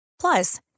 Plus